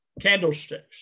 candlesticks